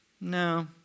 No